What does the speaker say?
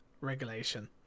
regulation